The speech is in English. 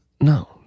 No